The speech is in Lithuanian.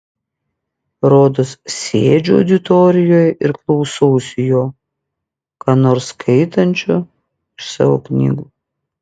rodos sėdžiu auditorijoje ir klausausi jo ką nors skaitančio iš savo knygų